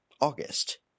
August